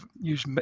use